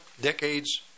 decades